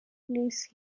place